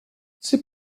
c’est